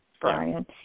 Brian